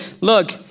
look